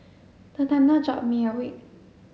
the thunder jolt me awake